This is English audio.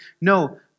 No